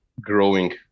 growing